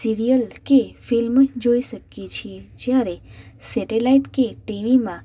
serial કે film જોઈ શકીએ છીએ જ્યારે સેટેલાઇટ કે ટીવીમાં